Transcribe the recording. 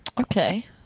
Okay